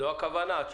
זו הכוונה.